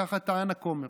ככה טען הכומר.